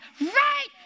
right